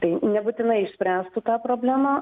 tai nebūtinai išspręstų tą problemą